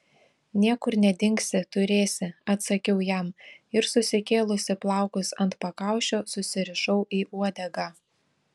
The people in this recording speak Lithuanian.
niekur nedingsi turėsi atsakiau jam ir susikėlusi plaukus ant pakaušio susirišau į uodegą